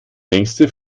längste